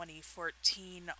2014